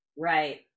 right